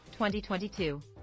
2022